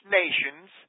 nations